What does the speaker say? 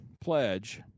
pledge